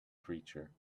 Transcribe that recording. creature